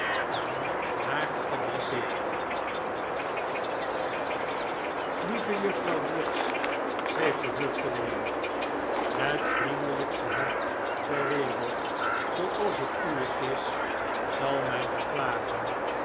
aan haar geadresseerd lieve juffrouw briggs schreef de vluchtelinge het vriendelijkste hart ter wereld zooals het uwe is zal mij beklagen